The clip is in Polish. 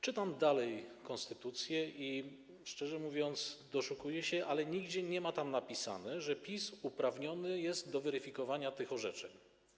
Czytam dalej konstytucję i, szczerze mówiąc, doszukuję się tego, ale nigdzie nie jest tam napisane, że PiS uprawniony jest do weryfikowania tych orzeczeń.